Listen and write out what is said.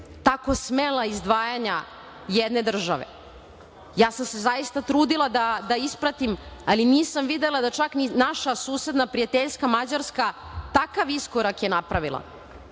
tako smela izdvajanja jedne države? Ja sam se zaista trudila da ispratim, ali nisam videla da čak ni naša susedna prijateljska Mađarska takav iskorak je napravila.